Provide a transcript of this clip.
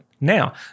Now